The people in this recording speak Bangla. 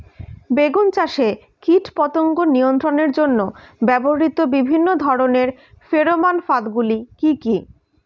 বেগুন চাষে কীটপতঙ্গ নিয়ন্ত্রণের জন্য ব্যবহৃত বিভিন্ন ধরনের ফেরোমান ফাঁদ গুলি কি কি?